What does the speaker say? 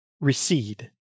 recede